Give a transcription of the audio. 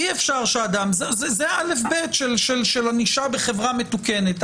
זה אל"ף-בי"ת של ענישה בחברה מתוקנת.